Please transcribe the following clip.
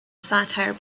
satire